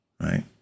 right